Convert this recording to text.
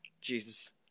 Jesus